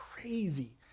crazy